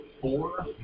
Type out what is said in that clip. four